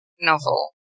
novel